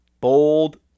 Bold